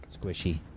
Squishy